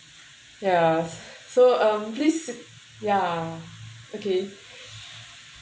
ya so um please ya okay